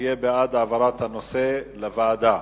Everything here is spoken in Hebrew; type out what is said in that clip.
יהיה בעד העברת הנושא לוועדה,